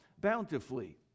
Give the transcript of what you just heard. bountifully